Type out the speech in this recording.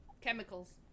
Chemicals